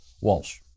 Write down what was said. Walsh